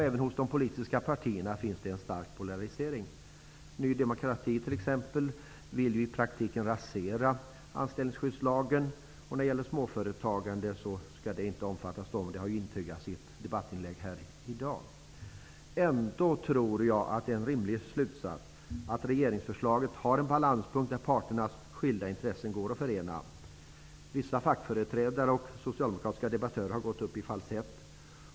Även hos de politiska partierna finns det en stark polarisering. Ny demokrati t.ex. vill i praktiken rasera anställningsskyddslagen och att småföretagande inte skall omfattas av den. Det har intygats i ett debattinlägg här i dag. Ändå tror jag att det är en rimlig slutsats att regeringsförslaget har en balanspunkt där parternas skilda intressen går att förena. Vissa fackföreträdare och socialdemokratiska debattörer har gått upp i falsett.